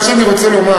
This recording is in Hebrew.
מה שאני רוצה לומר